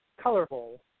colorful